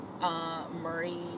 Murray